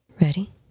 Ready